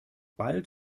bald